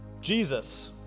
Jesus